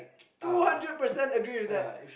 two hundred percent agree with that